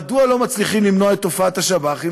מדוע לא מצליחים למנוע את תופעת השב"חים,